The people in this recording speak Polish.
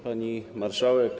Pani Marszałek!